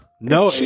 No